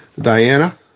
Diana